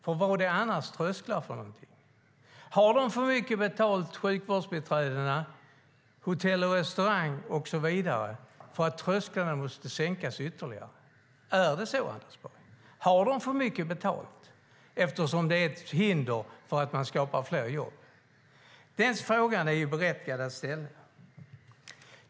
Vad har man annars trösklar till? Har sjukvårdsbiträden, hotell och restaurangpersonal och så vidare så mycket betalt att trösklarna ytterligare måste sänkas? Är det så, Anders Borg? Har de för mycket betalt, eftersom det är ett hinder för att skapa fler jobb? Den frågan är berättigad att ställa.